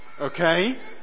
okay